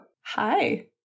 Hi